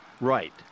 right